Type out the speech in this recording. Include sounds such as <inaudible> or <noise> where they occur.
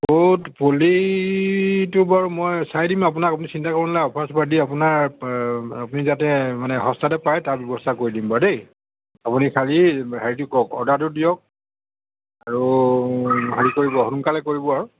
<unintelligible> পুলিটো বাৰু মই চাই দিম আপোনাক আপুনি চিন্তা কৰিব নালাগে অ'ফাৰ চফাৰত দি আপোনাৰ আপুনি যাতে মানে সস্তাতে পাই তাৰ ব্যৱস্থা কৰি দিম বাৰু দেই আপুনি খালী হেৰিটো কওক অৰ্ডাৰটো দিয়ক আৰু হেৰি কৰিব সোনকালে কৰিব আৰু